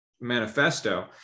manifesto